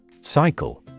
Cycle